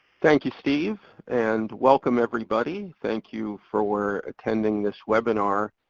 thank you steve, and welcome everybody. thank you for attending this webinar.